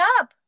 up